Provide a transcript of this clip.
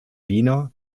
wiener